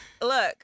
look